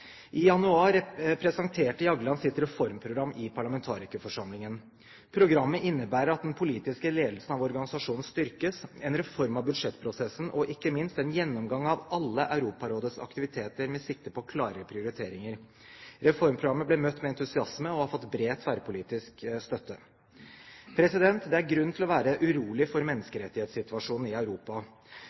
I januar presenterte Jagland sitt reformprogram i parlamentarikerforsamlingen. Programmet innebærer at den politiske ledelsen av organisasjonen styrkes, en reform av budsjettprosessen og, ikke minst, en gjennomgang av alle Europarådets aktiviteter med sikte på klarere prioriteringer. Reformprogrammet ble møtt med entusiasme og har fått bred tverrpolitisk støtte. Det er grunn til å være urolig for menneskerettighetssituasjonen i Europa.